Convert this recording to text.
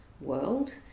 world